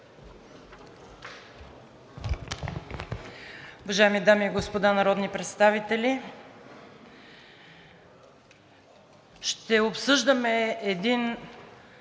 Уважаеми дами и господа народни представители! Ще обсъждаме един